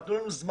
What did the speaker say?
תנו לנו זמן.